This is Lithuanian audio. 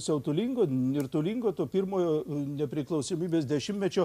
siautulingo nirtulingo to pirmojo nepriklausomybės dešimtmečio